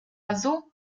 azul